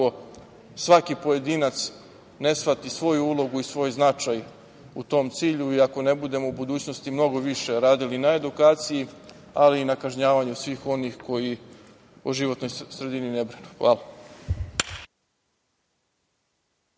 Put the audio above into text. svaki pojedinac ne shvati svoju ulogu i svoj značaj u tom cilju i ako ne budemo u budućnosti mnogo više radili na edukaciji, ali i na kažnjavanju svih onih koji o životnoj sredini ne brinu. Hvala.